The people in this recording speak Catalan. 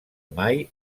mai